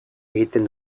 egiten